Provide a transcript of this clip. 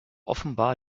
offenbar